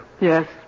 Yes